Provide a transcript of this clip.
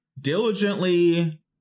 diligently